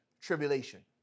tribulation